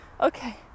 okay